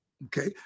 Okay